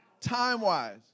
Time-wise